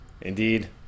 Indeed